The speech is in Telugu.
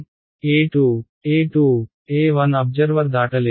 E2 E1 observer దాటలేదు